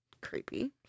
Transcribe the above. Creepy